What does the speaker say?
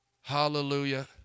Hallelujah